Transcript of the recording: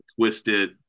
twisted